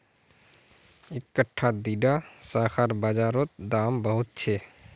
इकट्ठा दीडा शाखार बाजार रोत दाम बहुत छे